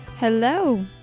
Hello